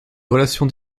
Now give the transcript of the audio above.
relations